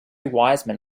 wiseman